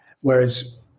Whereas